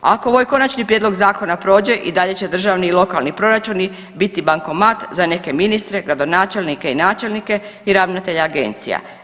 Ako ovaj konačni prijedlog zakona prođe i dalje će i državni i lokalni proračuni biti bankomat za neke ministre, gradonačelnike i načelnike i ravnatelje agencija.